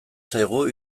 zaigu